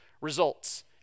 results